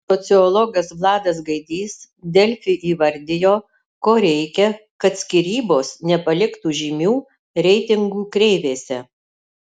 sociologas vladas gaidys delfi įvardijo ko reikia kad skyrybos nepaliktų žymių reitingų kreivėse